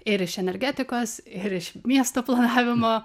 ir iš energetikos ir iš miesto planavimo